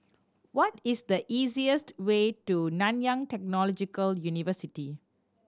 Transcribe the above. what is the easiest way to Nanyang Technological University